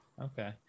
okay